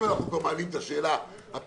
אם אנחנו כבר מעלים את השאלה הפילוסופית,